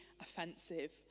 offensive